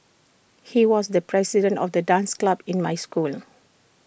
he was the president of the dance club in my school